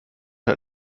hat